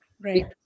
Right